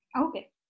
Okay